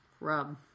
Rub